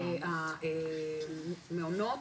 המעונות,